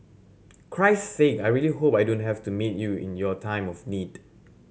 Christ Sake I really hope I don't have to meet you in your time of need